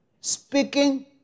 Speaking